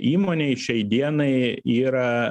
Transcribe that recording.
įmonei šiai dienai yra